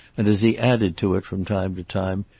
and as he added to it from time to time,